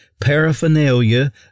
paraphernalia